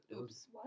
oops